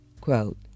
quote